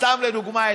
סתם לדוגמה,